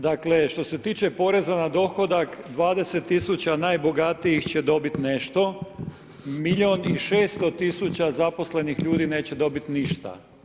Dakle, što se tiče poreza na dohodak, 20 000 najbogatijih će dobiti nešto, milijun i 600 000 zaposlenih ljudi neće dobiti ništa.